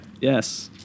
Yes